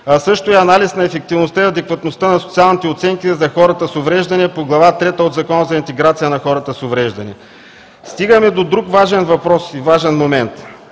също и анализ на ефективността и адекватността на социалните оценки за хората с увреждания по Глава трета от Закона за интеграция на хората с увреждания. Стигаме до друг важен въпрос и важен момент.